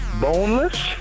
Boneless